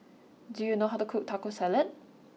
do you know how to cook Taco Salad